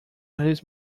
his